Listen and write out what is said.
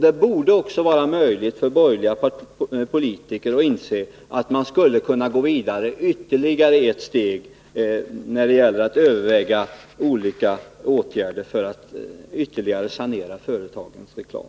Det borde också vara möjligt för borgerliga politiker att inse att man skulle kunna gå ett steg vidare när det gäller att överväga olika åtgärder för att ytterligare sanera företagens reklam.